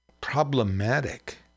problematic